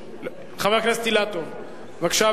חבר הכנסת רוברט אילטוב, בבקשה.